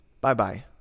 Bye-bye